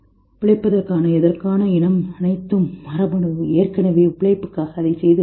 பிழைப்பதற்கான எதற்கான இனம் அனைத்தும் மரபணு ஏற்கனவே பிழைப்புக்காக அதைச் செய்து வருகிறது